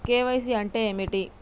KYC అంటే ఏమిటి?